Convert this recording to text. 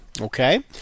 okay